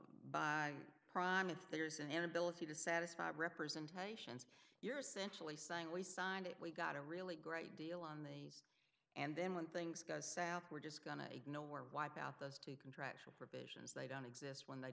by prime if there's an ability to satisfy representations your centrally saying we signed it we got a really great deal on the and then when things go south we're just going to ignore or wipe out those two contractual provisions they don't exist when they